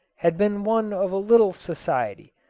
had been one of a little society,